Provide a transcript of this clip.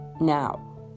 Now